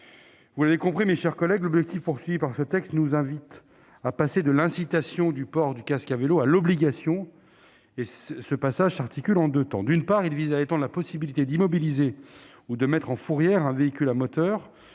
Vous l'avez compris, mes chers collègues, ce texte nous invite à passer de l'incitation du port du casque à vélo à l'obligation. Il s'articule autour de deux axes. D'une part, il vise à étendre la possibilité d'immobiliser ou de mettre en fourrière un véhicule à moteur